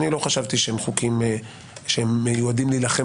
אני לא חשבתי שהם חוקים שמיועדים להילחם